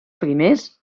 primers